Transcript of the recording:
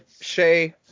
Shay